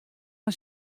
fan